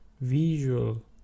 visual